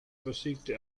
besiegte